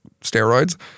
steroids